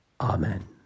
Amen